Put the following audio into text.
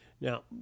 Now